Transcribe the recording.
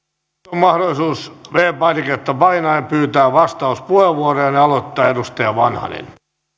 mahdollisuus viides painiketta painaen pyytää vastauspuheenvuoroja ja ne aloittaa edustaja vanhanen